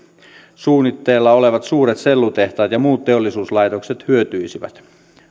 suunnitteilla olevat suuret sellutehtaat ja muut teollisuuslaitokset hyötyisivät